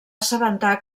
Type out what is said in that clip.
assabentar